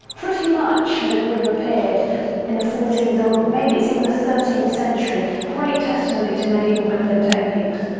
pretty much as it would have appeared in the fourteenth or maybe it's even the thirteenth century! great testimony to medieval building techniques.